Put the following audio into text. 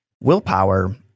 willpower